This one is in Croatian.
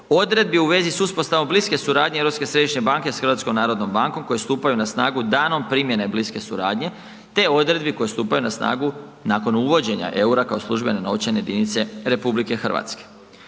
odredbi u vezi s uspostavom bliske suradnje s HNB-om koje stupaju na snagu s danom primjene bliske suradnje te odredbi koje stupaju na snagu nakon uvođenja eura kao službene novčane jedinice RH. Što se